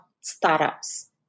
startups